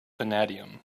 vanadium